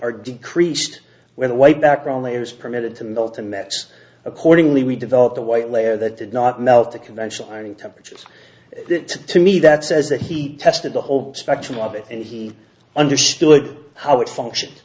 or decreased with a white background layer is permitted to milton met accordingly we developed the white layer that did not melt the conventional writing temperatures that to me that says that he tested the whole spectrum of it and he understood how it functions